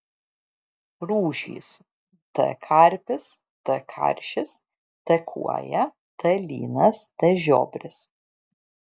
rūšys t karpis t karšis t kuoja t lynas t žiobris